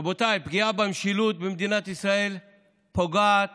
רבותיי, פגיעה במשילות במדינת ישראל פוגעת